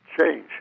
change